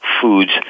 foods